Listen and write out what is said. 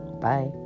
Bye